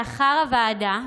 לאחר הוועדה,